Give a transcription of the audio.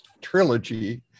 trilogy